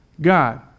God